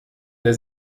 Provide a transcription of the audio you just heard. der